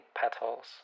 petals